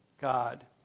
God